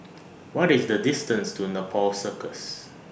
What IS The distance to Nepal Circus